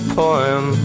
poem